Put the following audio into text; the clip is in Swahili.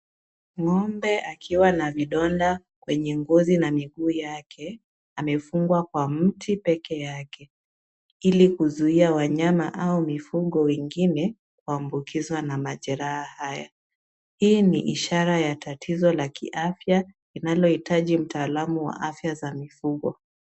Ng'ombe akiwa na vidonda kwenye ngozi na miguu yake, amefungwa kwa mti pekeeyake, ili kuzuia wanyama au mifugo wengine kuambukizwa na majeraha haya. Hii ni ishara ya tatizo la kiafya, linalohitaji mtaalam wa afya ya mifugo.